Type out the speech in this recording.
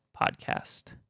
Podcast